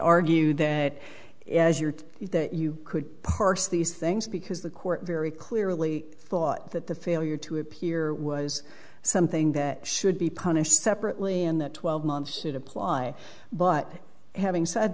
argue that is your that you could parse these things because the court very clearly thought that the failure to appear was something that should be punished separately in that twelve months it apply but having said